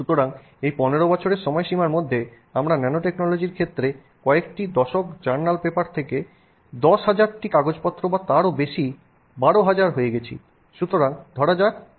সুতরাং এই 15 বছরের সময়সীমার মধ্যে আমরা ন্যানোটেকনোলজির ক্ষেত্রে কয়েকটি দশক জার্নাল পেপার থেকে 10000 টি কাগজপত্র বা তারও বেশি 12000 হয়ে গেছি সুতরাং ধরা যাক 10000